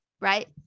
right